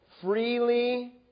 freely